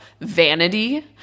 vanity